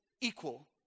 equal